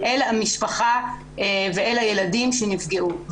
אל המשפחה ואל הילדים שנפגעו.